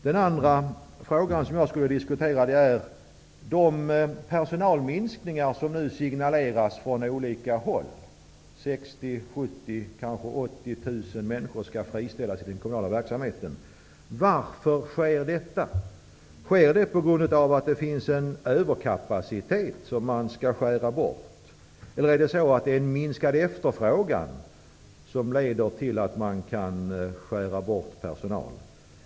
Den andra frågan jag vill diskutera är de personalminskningar som nu signaleras från olika håll. Det talas om att kanske 60 000, 70 000 eller 80 000 människor i den kommunala verksamheten skall friställas. Varför sker detta? Sker det på grund av att det finns en överkapacitet som skall skäras bort? Är det en minskad efterfrågan som leder till att man kan skära ner på personal?